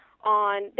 on